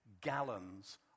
gallons